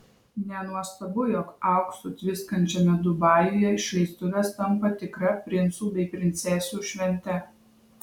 nenuostabu jog auksu tviskančiame dubajuje išleistuvės tampa tikra princų bei princesių švente